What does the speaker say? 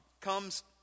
comes